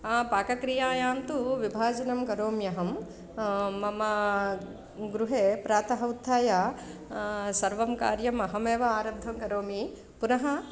हा पाकक्रियायां तु विभाजनं करोमि अहं मम गृहे प्रातः उत्थाय सर्वं कार्यम् अहमेव आरब्धं करोमि पुनः